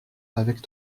avec